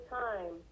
time